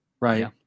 Right